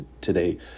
today